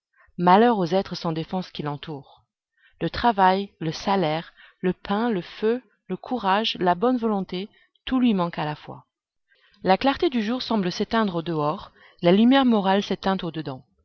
malheur aux êtres sans défense qui l'entourent le travail le salaire le pain le feu le courage la bonne volonté tout lui manque à la fois la clarté du jour semble s'éteindre au dehors la lumière morale s'éteint au dedans